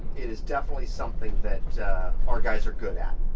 it is definitely something that our guys are good at.